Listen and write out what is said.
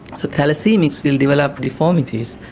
so thalassaemics will develop deformities,